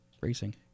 racing